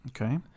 Okay